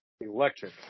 electric